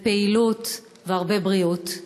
פעילות והרבה בריאות.